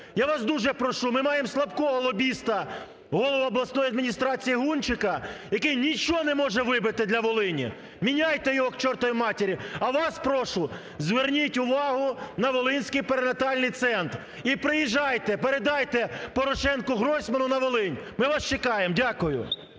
Я вас дуже прошу, ми маємо слабкого лобіста голову обласної адміністрації Гунчика, який нічого не може вибити для Волині. Міняйте його к чортовій матері! А вас прошу, зверніть увагу на Волинський перинатальний центр і приїжджайте, передайте Порошенку, Гройсману, на Волинь. Ми вас чекаємо. Дякую.